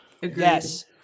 yes